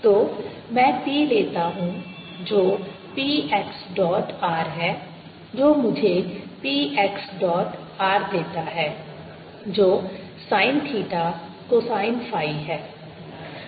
तो मैं P लेता हूं जो P x डॉट r है जो मुझे P x डॉट r देता है जो sin थीटा cosine फ़ाई है